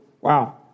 Wow